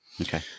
Okay